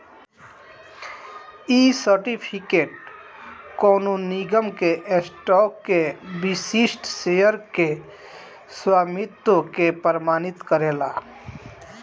इ सर्टिफिकेट कवनो निगम के स्टॉक के विशिष्ट शेयर के स्वामित्व के प्रमाणित करेला